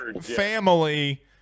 Family